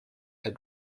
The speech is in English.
had